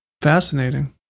Fascinating